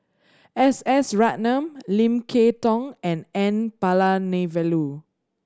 S S Ratnam Lim Kay Tong and N Palanivelu